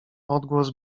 odgłos